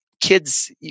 Kids